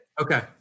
Okay